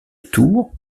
tour